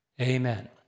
Amen